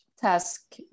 task